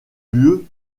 lieu